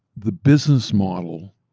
the business model,